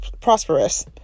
prosperous